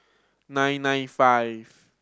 nine nine five